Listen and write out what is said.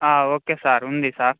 okay sir ఉంది sir